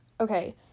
Okay